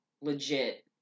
legit